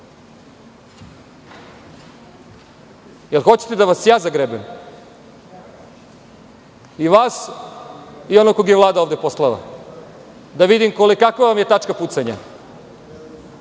li da vas ja zagrebem? I vas i onog kog je Vlada ovde poslala, da vidim kakva vam je tačka pucanja,